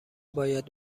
باید